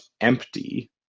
empty